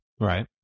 Right